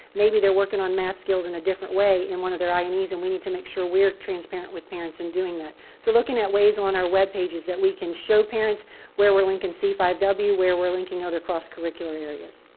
maybe they're working on math skills in a different way in one of their i and es. and we need to make sure we're transparent with parents in doing that so looking at ways on our web pages that we can show parents where we're linking c five w, where we're linking other cross-curricular areas.